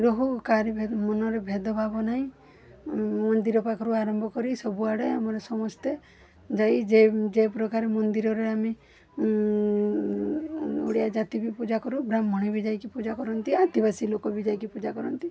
ରହୁ କାହାରି ମନରେ ଭେଦଭାବ ନାହିଁ ମନ୍ଦିର ପାଖରୁ ଆରମ୍ଭ କରି ସବୁଆଡ଼େ ଆମର ସମସ୍ତେ ଯାଇ ଯେ ଯେ ପ୍ରକାର ମନ୍ଦିରରେ ଆମେ ଓଡ଼ିଆ ଜାତି ବି ପୂଜା କରୁ ବ୍ରାହ୍ମଣ ବି ଯାଇକି ପୂଜା କରନ୍ତି ଆଦିବାସୀ ଲୋକ ବି ଯାଇକି ପୂଜା କରନ୍ତି